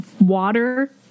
water